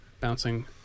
bouncing